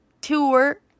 Tour